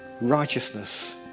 righteousness